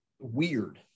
weird